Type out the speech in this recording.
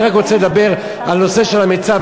אני רק רוצה לדבר על נושא המיצ"ב,